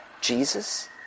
Jesus